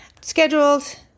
scheduled